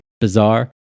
Bizarre